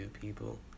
people